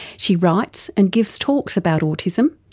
she writes and gives talks about autism,